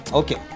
okay